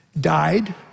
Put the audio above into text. died